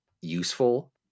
useful